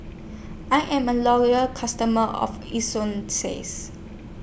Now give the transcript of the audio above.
I Am A Loyal customer of